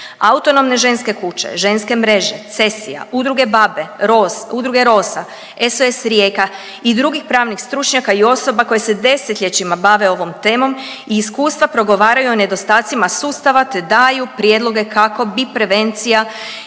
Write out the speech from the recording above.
Autonomne ženske kuće, ženske mreže, CESI-a, Udruga B.a.b.e., ROS, Udruge Rosa, SOS Rijeka i drugih pravnih stručnjaka i osoba koje se desetljećima bave ovom temom i iskustva progovaraju o nedostacima sustava te daju prijedloge kako bi prevencija